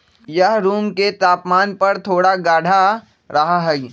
यह रूम के तापमान पर थोड़ा गाढ़ा रहा हई